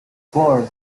four